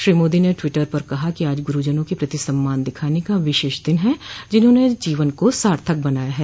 श्री मोदी ने ट्वीटर पर कहा कि आज गुरुजनों के प्रति सम्मान दिखाने का विशेष दिन है जिन्होंने जीवन को सार्थक बनाया है